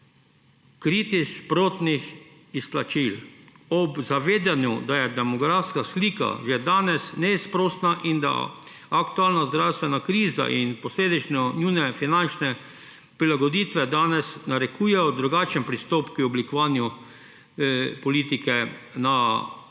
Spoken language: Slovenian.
kriti sprotnih izplačil, ob zavedanju, da je demografska slika že danes neizprosna in da aktualna zdravstvena kriza in posledično njune finančne prilagoditve danes narekujejo drugačen pristop k oblikovanju politike na odzivnost